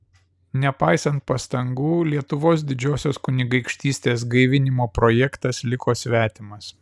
nepaisant pastangų lietuvos didžiosios kunigaikštystės gaivinimo projektas liko svetimas